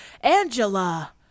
Angela